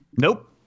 Nope